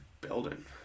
building